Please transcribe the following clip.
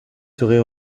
serait